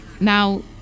Now